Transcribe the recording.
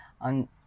on